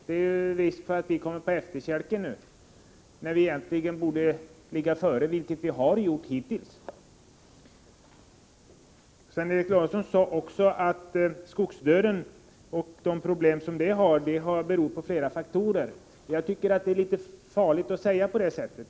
Det är risk för att vi kommer på efterkälken, när vi egentligen borde ligga före, vilket vi har gjort hittills. Sven Eric Lorentzon sade också att skogsdöden och problemen i samband med denna beror på flera faktorer. Jag tycker att det är litet farligt att säga på det sättet.